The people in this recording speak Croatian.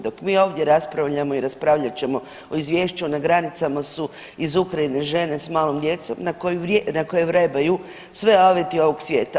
Dok mi ovdje raspravljamo i raspravljat ćemo o izvješću na granicama su iz Ukrajine žene s malom djecom na koji, na koje vrebaju sve aveti ovog svijeta.